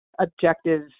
objective